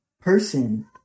person